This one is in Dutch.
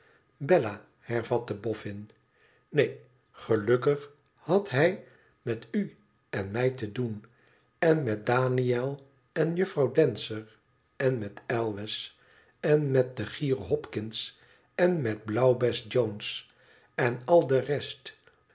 bella hervatte boffin neen gelukkig had hij met u en mij te doen en met daniël en juffrouw dancer en met elwes en met de gier hopkins en met blauwbes jones en al de rest